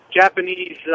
Japanese